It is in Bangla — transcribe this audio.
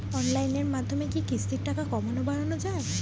অনলাইনের মাধ্যমে কি কিস্তির টাকা কমানো বাড়ানো যায়?